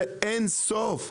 זה אין סוף.